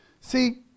see